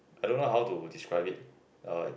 I don't know how to describe it uh it's